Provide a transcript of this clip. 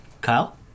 Kyle